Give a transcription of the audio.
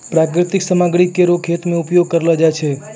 प्राकृतिक सामग्री केरो खेत मे उपयोग करलो जाय छै